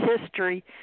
history